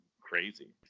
crazy